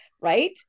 right